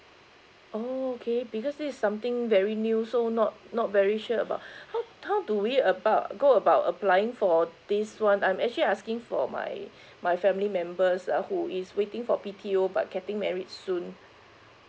oh okay because this is something very new so not not very sure about how how to we about go about applying for this one I'm actually asking for my my family members uh who is waiting for B_T_O but getting married soon